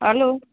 hello